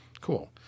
Cool